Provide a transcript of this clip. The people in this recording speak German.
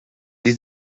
die